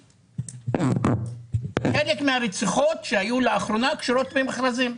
השתלטו על המכרזים.